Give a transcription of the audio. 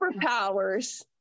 superpowers